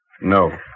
No